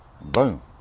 Boom